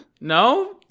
No